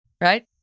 right